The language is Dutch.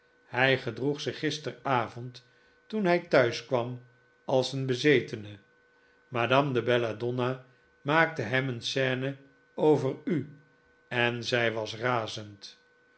hij gedroeg zich gisterenavond toen hij thuiskwam als een bezetene madame de belladonna maakte hem een scene over u en zij was razend